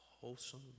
wholesome